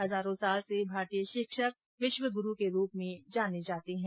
हजारों साल से भारतीय शिक्षक विश्व गुरू के रूप में जाने जाते है